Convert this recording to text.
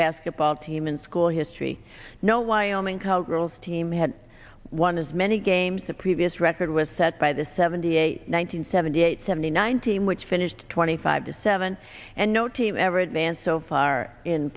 basketball team in school history no wyoming call girls team had won as many games the previous record was set by the seventy eight one hundred seventy eight seventy nine teams which finished twenty five to seven and no team ever advanced so far in